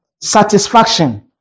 satisfaction